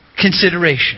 consideration